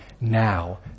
now